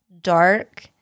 dark